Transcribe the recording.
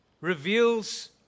reveals